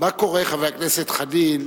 מה קורה, חבר הכנסת חנין,